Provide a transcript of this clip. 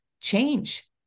change